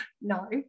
no